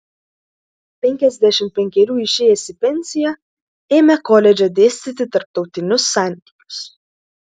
penkiasdešimt penkerių išėjęs į pensiją ėmė koledže dėstyti tarptautinius santykius